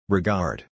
Regard